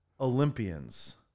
Olympians